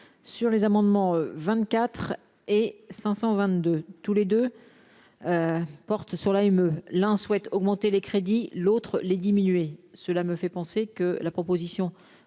sur les amendements 24 et 522 tous les deux porte sur la il me l'souhaite augmenter les crédits, l'autre les diminuer, cela me fait penser que la proposition